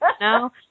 No